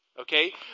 okay